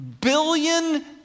billion